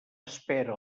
espera